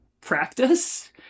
practice